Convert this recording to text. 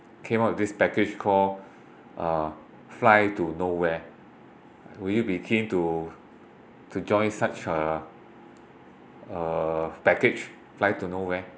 came up with this package called uh fly to nowhere would you be keen to to join such uh a package fly to nowhere